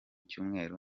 cyumweru